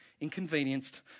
inconvenienced